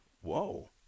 Whoa